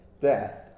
Death